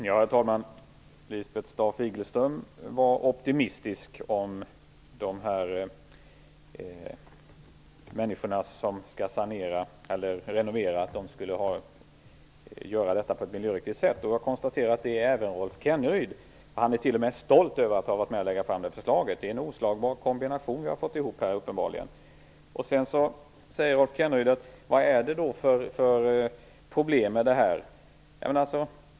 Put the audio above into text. Herr talman! Lisbeth Staaf-Igelström är optimistisk och tror att människorna som skall renovera skall göra det på ett miljöriktigt sätt. Jag konstaterar att även Rolf Kenneryd är optimistisk. Han är t.o.m. stolt över att ha varit med om att lägga fram det här förslaget. Vi har uppenbarligen fått en oslagbar kombination. Rolf Kenneryd undrar vad det finns för problem med detta.